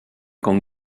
con